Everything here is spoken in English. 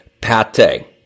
pate